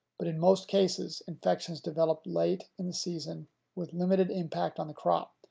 but in most cases, infections developed late in the season with limited impact on the crop.